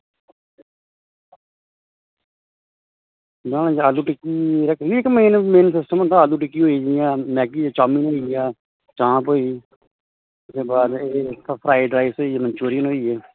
आलू टिक्की होई जडियां मेन सिस्टम होंदा आलू टिक्की होई चाऊमीन होइया चाम्प होई ओह्दे बाद फ्राईड राईस होई ते म्यूचुरियन होई गे